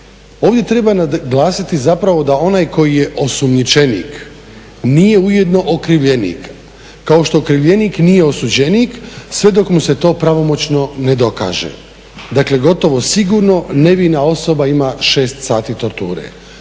Ovdje treba naglasiti zapravo da onaj koji je osumnjičenik nije ujedno okrivljenik, kao što okrivljenik nije osuđenik, sve dok mu se to pravomoćno ne dokaže. Dakle, gotovo sigurno nevina osoba ima 6 sati torture.